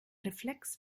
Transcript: reflex